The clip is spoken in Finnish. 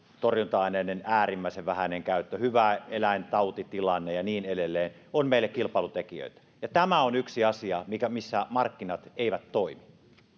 torjunta aineiden äärimmäisen vähäinen käyttö hyvä eläintautitilanne ja niin edelleen ovat meille kilpailutekijöitä tämä on yksi asia missä markkinat eivät toimi